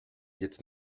viêt